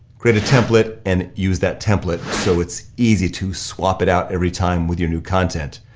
create a template and use that template so it's easy to swap it out every time with your new content.